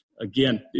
again